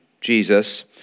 Jesus